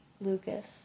Lucas